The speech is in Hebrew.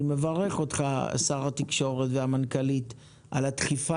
אני מברך אותך שר התקשורת והמנכ"לית על הדחיפה